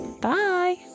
Bye